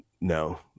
No